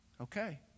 Okay